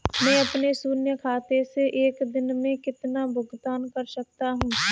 मैं अपने शून्य खाते से एक दिन में कितना भुगतान कर सकता हूँ?